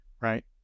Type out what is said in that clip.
right